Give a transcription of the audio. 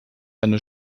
eine